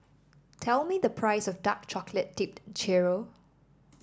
tell me the price of Dark Chocolate Dipped Churro